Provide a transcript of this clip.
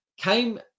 came